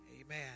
Amen